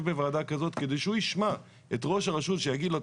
בוועדה כזאת כדי שהוא ישמע את ראש הרשות שיגיד לו,